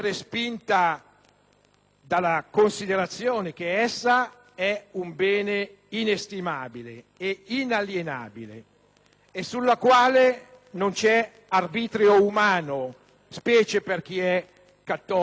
dalla considerazione che essa è un bene inestimabile e inalienabile e sulla quale non c'è arbitrio umano, specie per chi è cattolico credente.